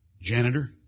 Janitor